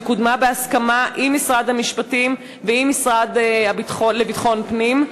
וקודמה בהסכמה עם משרד המשפטים ועם המשרד לביטחון פנים.